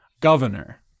Governor